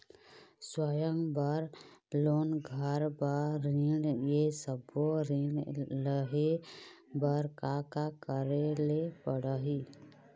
स्वयं बर लोन, घर बर ऋण, ये सब्बो ऋण लहे बर का का करे ले पड़ही?